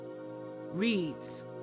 reads